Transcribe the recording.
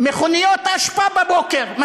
מכוניות אשפה בבוקר,